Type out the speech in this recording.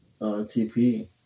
TP